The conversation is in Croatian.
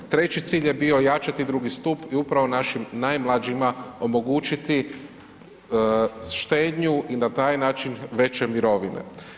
Treći cilj je bio ojačati drugi stup i upravo našim najmlađima omogućiti štednju i na taj način veće mirovine.